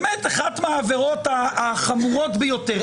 באמת, אחת מהעבירות החמורות ביותר.